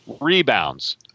rebounds